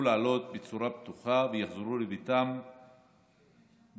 לעלות בצורה בטוחה ויחזרו לביתם בשלום.